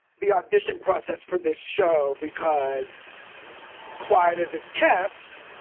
the audition process for this show because quiet as it's kept,